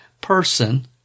person